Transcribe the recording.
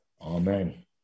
Amen